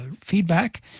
feedback